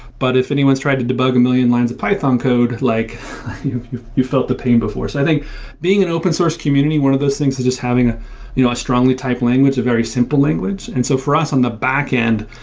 but if anyone's tried to debug a million lines of python code, like you you felt the pain before. i think being and open-source community, one of those things is just having ah you know a strongly typed language, a very simple language. and so for us, on the backend,